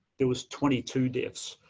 there was twenty two deaths.